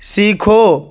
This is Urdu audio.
سیکھو